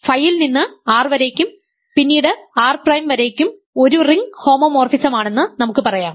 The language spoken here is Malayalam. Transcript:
ഫൈ ൽ നിന്ന് R വരേക്കും പിന്നീട് R പ്രൈം വരേക്കും ഒരു റിംഗ് ഹോമോമോർഫിസമാണെന്ന് നമുക്ക് പറയാം